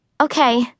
Okay